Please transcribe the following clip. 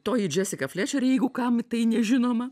toji džesika flečer jeigu kam tai nežinoma